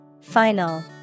Final